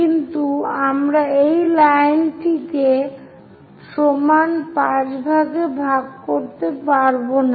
কিন্তু আমরা এই লাইনটি কে সমান 5 ভাগে ভাগ করতে পারবো না